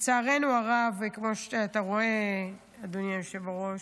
לצערנו הרב, כמו שאתה רואה, אדוני היושב בראש,